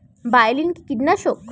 বায়োলিন কি কীটনাশক?